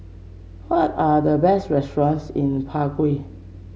what are the best restaurants in Prague